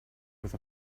with